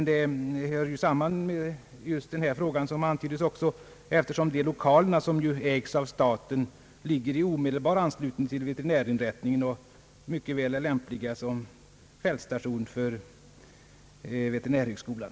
Detta är en sak som i högsta grad bör beaktas i det här sammanhanget, eftersom dessa lokaler, som ju ägs av staten, ligger i omedelbar anslutning till veterinärinrättningen och mycket väl är lämpliga som fältstation för veterinärhögskolan.